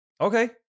okay